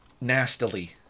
nastily